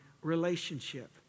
relationship